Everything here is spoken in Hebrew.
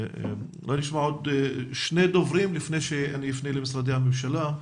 נשמע עוד שני דוברים לפני שאני אפנה למשרדי הממשלה.